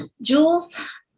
Jules